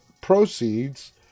proceeds